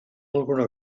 alguna